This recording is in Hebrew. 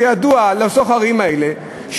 שידוע לסוחרים האלה,